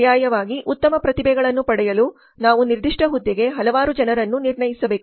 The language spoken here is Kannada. ಪರ್ಯಾಯವಾಗಿ ಉತ್ತಮ ಪ್ರತಿಭೆಗಳನ್ನು ಪಡೆಯಲು ನಾವು ನಿರ್ದಿಷ್ಟ ಹುದ್ದೆಗೆ ಹಲವಾರು ಜನರನ್ನು ನಿರ್ಣಯಿಸಬೇಕು